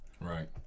Right